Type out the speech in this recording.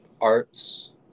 arts